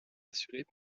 assurés